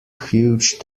huge